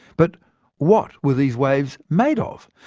but what were these waves made of?